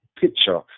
picture